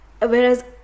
Whereas